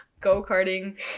go-karting